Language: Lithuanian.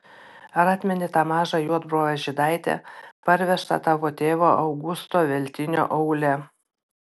ar atmeni tą mažą juodbruvą žydaitę parvežtą tavo tėvo augusto veltinio aule